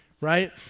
Right